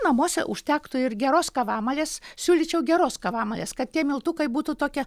namuose užtektų ir geros kavamalės siūlyčiau geros kavamalės kad tie miltukai būtų tokie